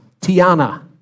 Tiana